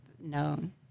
known